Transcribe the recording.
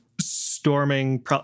storming